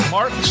Mark